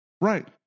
Right